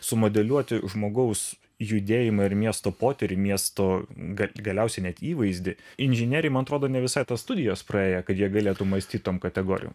sumodeliuoti žmogaus judėjimą ir miesto potyrį miesto galiausiai net įvaizdį inžinieriai man atrodo ne visai tas studijas praėję kad jie galėtų mąstyt tom kategorijom